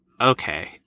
Okay